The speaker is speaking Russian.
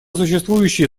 существующие